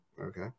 okay